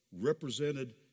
represented